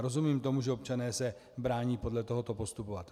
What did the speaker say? Rozumím tomu, že se občané brání podle tohoto postupovat.